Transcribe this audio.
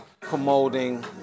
promoting